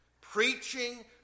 preaching